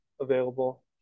available